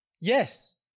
yes